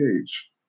age